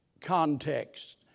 context